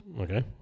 Okay